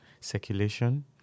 circulation